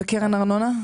וקרן ארנונה?